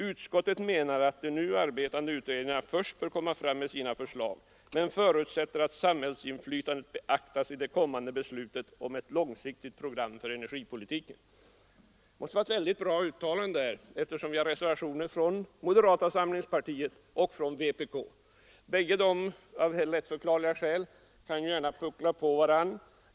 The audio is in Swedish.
Utskottet menar att de nu arbetande utredningarna först bör komma fram med sina förslag men förutsätter att samhällsinflytandet betraktas i det kommande beslutet om ett långsiktigt program för energipolitiken.” Det här måste vara ett väldigt bra uttalande, eftersom reservationer avgivits av både moderata samlingspartiet och vpk. Bägge dessa partier kan ju — av lättförklarliga skäl — gärna puckla på varandra.